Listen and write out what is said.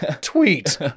Tweet